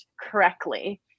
correctly